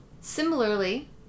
similarly